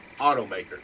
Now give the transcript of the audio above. automaker